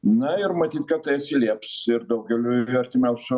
na ir matyt tai atsilieps ir daugeliui artimiausio